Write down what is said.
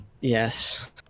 Yes